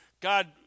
God